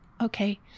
okay